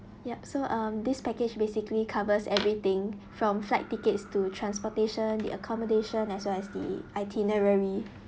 yup so um this package basically covers everything from flight tickets to transportation the accommodation as well as the itinerary